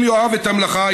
אם יאהב את המלאכה,